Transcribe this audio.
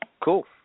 cool